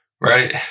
right